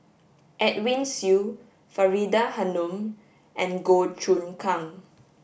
Edwin Siew Faridah Hanum and Goh Choon Kang